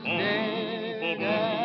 dead